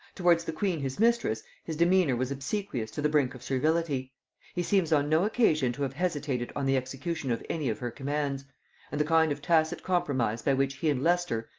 towards the queen his mistress, his demeanor was obsequious to the brink of servility he seems on no occasion to have hesitated on the execution of any of her commands and the kind of tacit compromise by which he and leicester,